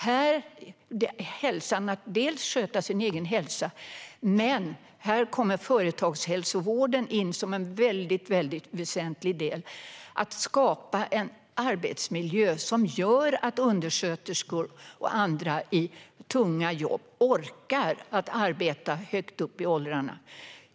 Det handlar dels om att sköta sin egen hälsa, dels om företagshälsovården, som kommer in som en väldigt väsentlig del när det gäller att skapa en arbetsmiljö som gör att undersköterskor och andra i tunga jobb orkar arbeta högt upp i åldrarna.